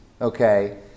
Okay